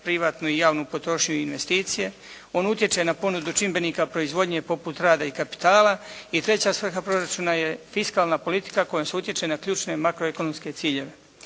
privatnu i javnu potrošnju i investicije, on utječe na ponudu čimbenika proizvodnje poput rada i kapitala i treća svrha proračuna je fiskalna politika kojom se utječe na ključne makroekonomske ciljeve.